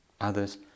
others